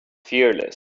fearless